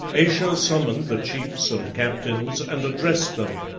ayesha summoned the chiefs and captains, and addressed them.